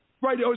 Right